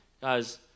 Guys